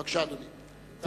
בבקשה, אדוני.